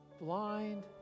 blind